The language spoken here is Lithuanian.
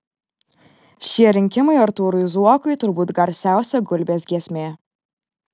šie rinkimai artūrui zuokui turbūt garsiausia gulbės giesmė